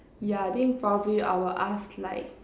yeah I think probably I will ask like